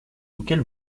auquel